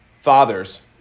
father's